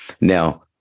Now